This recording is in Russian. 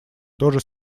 тоже